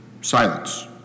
silence